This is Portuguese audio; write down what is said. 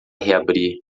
reabrir